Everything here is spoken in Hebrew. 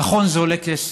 נכון, זה עולה כסף,